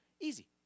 Easy